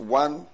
one